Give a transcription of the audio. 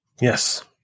Yes